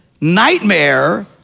nightmare